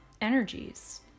energies